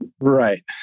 Right